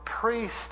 priest